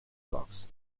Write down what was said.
blocks